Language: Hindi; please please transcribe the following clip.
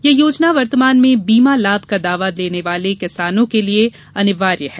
यह योजना वर्तमान में बीमा लाभ का दावा करने वाले किसानों के लिए अनिवार्य है